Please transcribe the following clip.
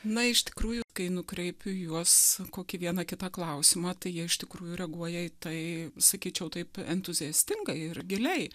na iš tikrųjų kai nukreipiu į juos kokį vieną kitą klausimą tai jie iš tikrųjų reaguoja į tai sakyčiau taip entuziastingai ir giliai